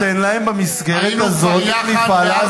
אז תן להם במסגרת הזו את מפעל ההזנה.